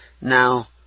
now